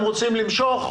אם הם רוצים למשוך,